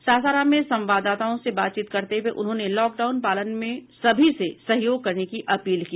सासाराम में संवाददाताओं से बातचीत करते हुए उन्होंने लॉकडाउन पालन में सभी से सहयोग करने की अपील की